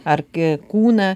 argi kūną